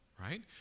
right